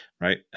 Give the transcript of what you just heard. right